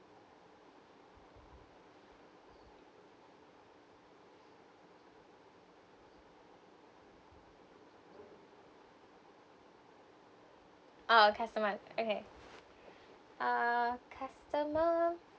oh customer okay uh customer